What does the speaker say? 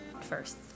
first